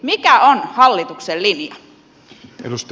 mikä on hallituksen linja